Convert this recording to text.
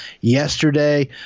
yesterday